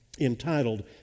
entitled